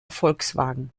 volkswagen